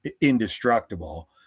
indestructible